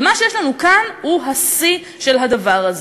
ומה שיש לנו כאן הוא השיא של הדבר הזה: